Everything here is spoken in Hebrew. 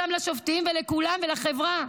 גם לשופטים ולכולם ולחברה,